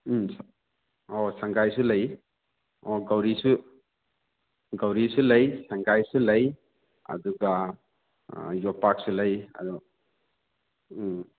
ꯎꯝ ꯑꯣ ꯁꯪꯒꯥꯏꯁꯨ ꯂꯩ ꯑꯣ ꯒꯧꯔꯤꯁꯨ ꯂꯩ ꯁꯪꯒꯥꯏꯁꯨ ꯂꯩ ꯑꯗꯨꯒ ꯌꯣꯠꯄꯥꯛꯁꯨ ꯂꯩ ꯑꯗꯣ